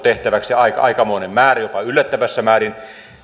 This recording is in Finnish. tehtäväksi aikamoinen määrä jopa yllättävässä määrin